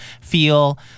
feel